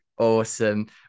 awesome